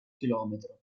chilometro